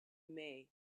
may